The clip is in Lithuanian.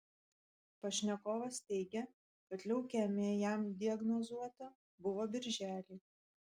pašnekovas teigia kad leukemija jam diagnozuota buvo birželį